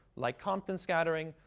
like compton scattering,